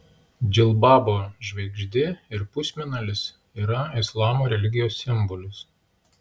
džilbabo žvaigždė ir pusmėnulis yra islamo religijos simbolis